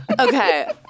Okay